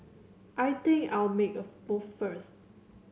I think I'll make a move first